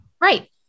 right